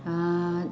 uh